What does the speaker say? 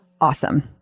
awesome